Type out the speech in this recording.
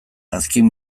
azken